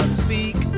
speak